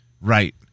Right